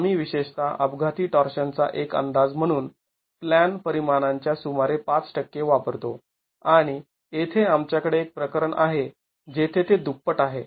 आम्ही विशेषत अपघाती टॉर्शनचा एक अंदाज म्हणून प्लॅन परिमाणांच्या सुमारे ५ टक्के वापरतो आणि येथे आमच्याकडे एक प्रकरण आहे जेथे ते दुप्पट आहे